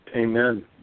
Amen